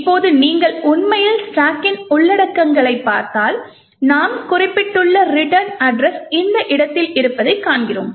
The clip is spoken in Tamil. இப்போது நீங்கள் உண்மையில் ஸ்டாக்கின் உள்ளடக்கங்களைப் பார்த்தால் நாம் குறிப்பிட்டுள்ள ரிட்டர்ன் அட்ரஸ் இந்த இடத்தில் இருப்பதைக் காண்கிறோம்